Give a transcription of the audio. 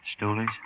Stoolies